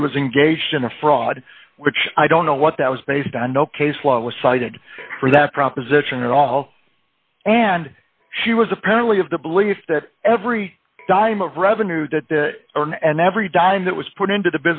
that he was engaged in a fraud which i don't know what that was based on no case law was cited for that proposition at all and she was apparently of the belief that every dime of revenue that the earn and every dime that was put into the